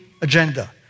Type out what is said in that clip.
agenda